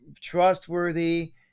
trustworthy